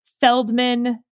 Feldman